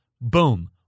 Boom